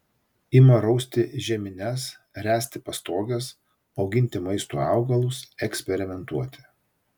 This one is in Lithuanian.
ima rausti žemines ręsti pastoges auginti maistui augalus eksperimentuoti